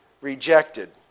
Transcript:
rejected